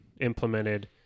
implemented